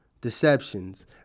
deceptions